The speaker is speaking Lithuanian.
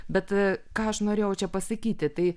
bet ką aš norėjau čia pasakyti tai